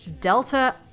delta